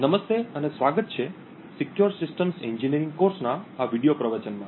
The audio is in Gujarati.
નમસ્તે અને સ્વાગત છે સિક્યોર સિસ્ટમ્સ એન્જિનિયરિંગ કોર્સના આ વિડીયો પ્રવચનમાં